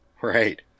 Right